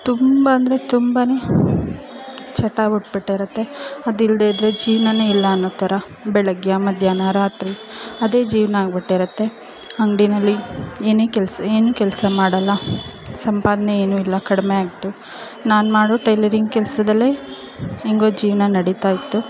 ತುಂಬ ಅಂದರೆ ತುಂಬಾ ಚಟ ಹುಟ್ಬಿಟ್ಟಿರುತ್ತೆ ಅದಿಲ್ಲದೇ ಇದ್ದರೆ ಜೀವ್ನವೇ ಇಲ್ಲ ಅನ್ನೋ ಥರ ಬೆಳಗ್ಗೆ ಮಧ್ಯಾಹ್ನ ರಾತ್ರಿ ಅದೇ ಜೀವನ ಆಗ್ಬಿಟ್ಟಿರುತ್ತೆ ಅಂಗ್ಡಿಯಲ್ಲಿ ಏನೇ ಕೆಲ್ಸ ಏನೂ ಕೆಲಸ ಮಾಡೋಲ್ಲ ಸಂಪಾದನೆ ಏನೂ ಇಲ್ಲ ಕಡಿಮೆ ಆಯಿತು ನಾನು ಮಾಡೋ ಟೈಲರಿಂಗ್ ಕೆಲಸದಲ್ಲೇ ಹೇಗೊ ಜೀವನ ನಡೀತಾ ಇತ್ತು